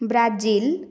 Brazil